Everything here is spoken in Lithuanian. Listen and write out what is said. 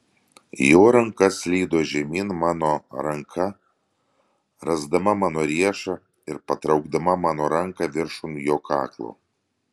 jo ranka slydo žemyn mano ranką rasdama mano riešą ir patraukdama mano ranką viršun jo kaklo